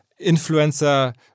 influencer